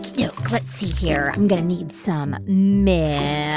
you know let's see here. i'm going to need some milk, yeah